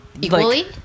equally